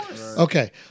Okay